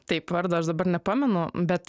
taip vardo aš dabar nepamenu bet